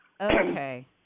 okay